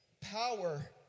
power